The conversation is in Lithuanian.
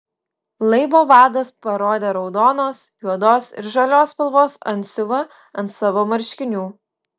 laivo vadas parodė raudonos juodos ir žalios spalvos antsiuvą ant savo marškinių